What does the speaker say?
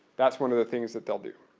that's one of the things that they'll do.